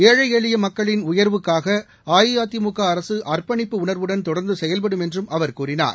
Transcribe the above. ஏழை எளிய மக்களின் உயர்வுக்காக அஇஅதிமுக அர்ப்பணிப்பு உணர்வுடன் தொடர்ந்து செயல்படும் என்றும் அவர் கூறினார்